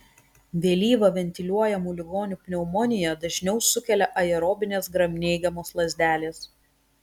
vėlyvą ventiliuojamų ligonių pneumoniją dažniau sukelia aerobinės gramneigiamos lazdelės